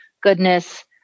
goodness